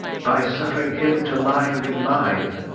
by suffering him to lie with mine.